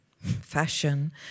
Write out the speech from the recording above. fashion